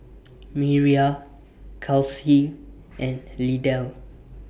Miriah Charlsie and Lydell